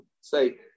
say